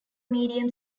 medium